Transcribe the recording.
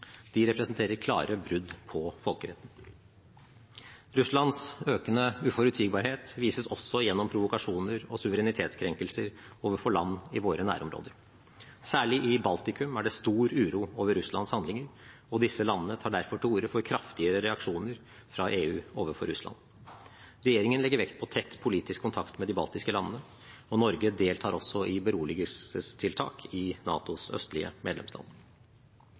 De representerer klare brudd på folkeretten. Russlands økende uforutsigbarhet vises også gjennom provokasjoner og suverenitetskrenkelser overfor land i våre nærområder. Særlig i Baltikum er det stor uro over Russlands handlinger, og disse landene tar derfor til orde for kraftigere reaksjoner fra EU overfor Russland. Regjeringen legger vekt på tett politisk kontakt med de baltiske landene, og Norge deltar også i beroligelsestiltak i NATOs østlige medlemsland.